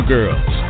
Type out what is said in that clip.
Girls